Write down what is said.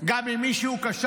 גם אם מישהו כשל,